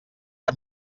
que